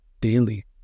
daily